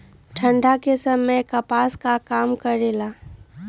ठंडा के समय मे कपास का काम करेला?